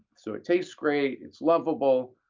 so it tastes great, it's lovable,